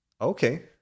Okay